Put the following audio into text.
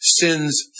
Sins